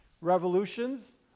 Revolutions